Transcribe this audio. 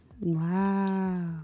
Wow